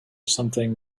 something